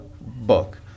book